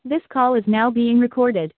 this call is now being recorded